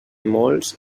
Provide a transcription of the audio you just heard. molts